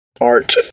art